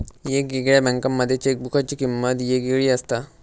येगयेगळ्या बँकांमध्ये चेकबुकाची किमंत येगयेगळी असता